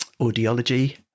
audiology